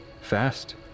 Fast